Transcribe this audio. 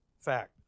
fact